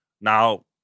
Now